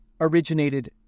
originated